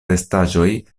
restaĵoj